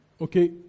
okay